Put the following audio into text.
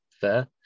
fair